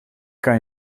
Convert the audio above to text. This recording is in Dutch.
kan